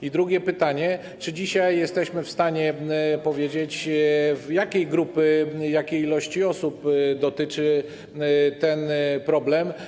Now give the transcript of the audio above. I drugie pytanie: Czy dzisiaj jesteśmy w stanie powiedzieć, jakiej grupy, jakiej ilości osób dotyczy ten problem?